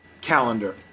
calendar